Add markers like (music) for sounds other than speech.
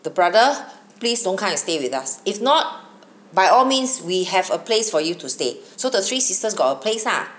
the brother please don't come and stay with us if not by all means we have a place for you to stay (breath) so the three sisters got a place lah